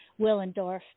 Willendorf